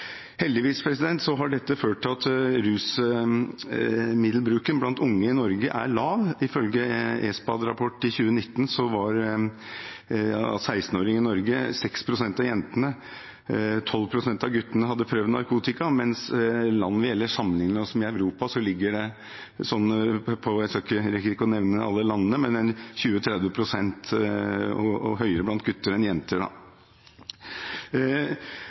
Heldigvis har dette ført til at rusmiddelbruken blant unge i Norge er lav. Ifølge ESPAD-rapporten for 2019 hadde blant 16-åringer i Norge 6 pst. av jentene og 12 pst. av guttene prøvd narkotika, mens i land vi ellers sammenligner oss med i Europa – jeg rekker ikke å nevne alle landene – ligger det på 20–30 pst., og høyere blant gutter enn blant jenter.